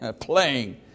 playing